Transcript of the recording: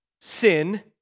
sin